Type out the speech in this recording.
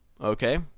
Okay